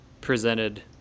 presented